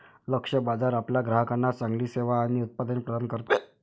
लक्ष्य बाजार आपल्या ग्राहकांना चांगली सेवा आणि उत्पादने प्रदान करते